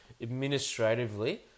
administratively